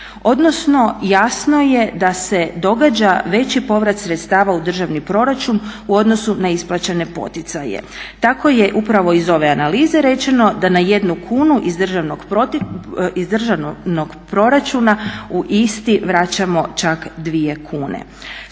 Odnosno jasno je da se događa veći povrat sredstava u državni proračun u odnosu na isplaćene poticaje. Tako je upravo iz ove analize rečeno da na jednu kunu iz državnog proračuna u isti vraćamo čak dvije kune.